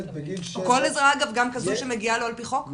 כל עזרה אגב, גם כזו שמגיעה לו על פי חוק?